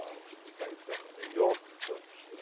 ah which was based up in new york but